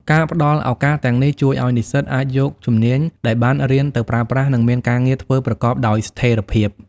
ការផ្តល់ឱកាសទាំងនេះជួយឱ្យនិស្សិតអាចយកជំនាញដែលបានរៀនទៅប្រើប្រាស់ និងមានការងារធ្វើប្រកបដោយស្ថិរភាព។